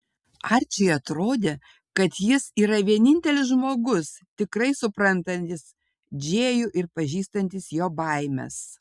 arčiui atrodė kad jis yra vienintelis žmogus tikrai suprantantis džėjų ir pažįstantis jo baimes